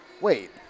Wait